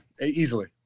easily